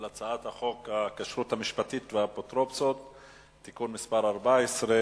על הצעת החוק הכשרות המשפטית והאפוטרופסות (תיקון מס' 14)